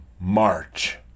March